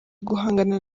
guhangana